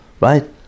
right